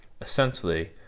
essentially